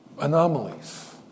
Anomalies